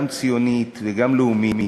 גם ציונית וגם לאומית,